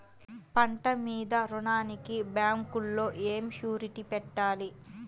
పంట మీద రుణానికి బ్యాంకులో ఏమి షూరిటీ పెట్టాలి?